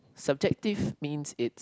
subjective means it